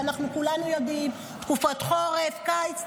וכולנו יודעים: תקופת חורף או קיץ,